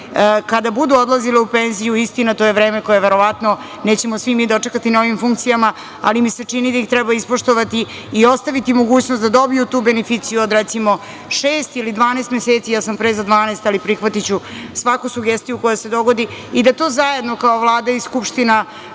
kada budu odlazile u penziju, istina, to je vreme koje verovatno nećemo svi mi dočekati na ovim funkcijama, ali mi se čini da ih treba ispoštovati i ostaviti mogućnost da dobiju tu beneficiju od recimo šest ili 12 meseci. Ja sam pre za 12 meseci, ali prihvatiću svaku sugestiju koja se dogodi i da to zajedno kao Vlada i Skupština,